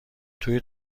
توی